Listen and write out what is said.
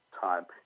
time